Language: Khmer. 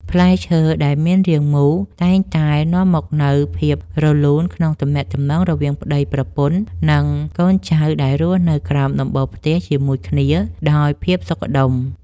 ផ្លែឈើដែលមានរាងមូលតែងតែនាំមកនូវភាពរលូនក្នុងទំនាក់ទំនងរវាងប្ដីប្រពន្ធ និង កូនចៅដែលរស់នៅក្រោមដំបូលផ្ទះជាមួយគ្នាដោយភាពសុខដុម។